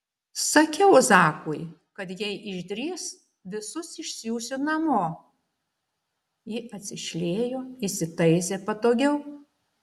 sakiau zakui kad jei išdrįs visus išsiųsiu namo ji atsišliejo įsitaisė patogiau